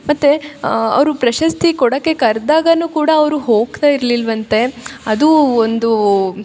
ಮತ್ತು ಅವರು ಪ್ರಶಸ್ತಿ ಕೊಡೋಕ್ಕೆ ಕರೆದಾಗ ಕೂಡ ಅವರು ಹೋಗ್ತ ಇರಲಿಲ್ವಂತೆ ಅದು ಒಂದು